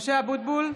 משה אבוטבול,